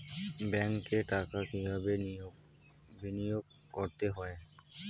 ব্যাংকে টাকা কিভাবে বিনোয়োগ করতে হয়?